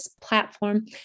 platform